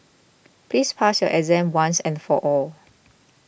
please pass your exam once and for all